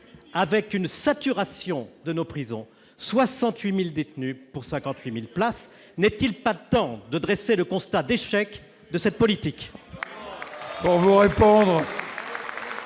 à une saturation de nos prisons, qui accueillent 68 000 détenus pour 58 000 places. N'est-il pas temps de dresser le constat d'échec de cette politique ?